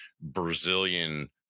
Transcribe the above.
Brazilian